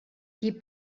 qui